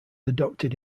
adopted